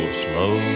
slow